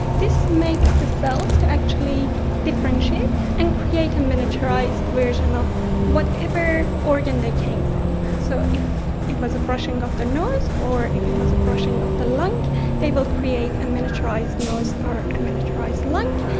this makes the cells actually differentiate and create a miniaturised version of whatever organ they came from. so if it was a brushing of the nose or if it was a brushing of the lung they will create a miniaturised nose or a miniaturised lung.